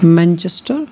Manchester